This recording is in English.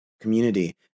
community